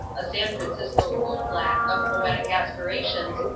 a san francisco boot-black, of poetic aspirations,